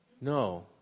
No